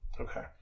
Okay